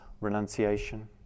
renunciation